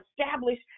establish